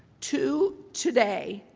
to today,